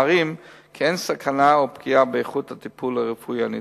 מראים כי אין סכנה או פגיעה באיכות הטיפול הרפואי הניתן.